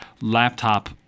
laptop